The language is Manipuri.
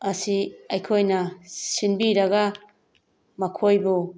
ꯑꯁꯤ ꯑꯩꯈꯣꯏꯅ ꯁꯤꯟꯕꯤꯔꯒ ꯃꯈꯣꯏꯕꯨ